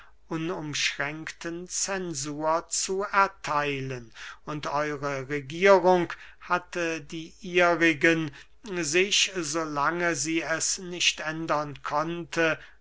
unumschränkten censur zu ertheilen und eure regierung hatte die ihrigen sich so lange sie es nicht ändern konnte